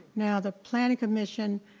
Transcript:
now the planning commission,